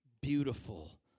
Beautiful